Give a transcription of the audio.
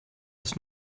das